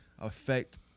affect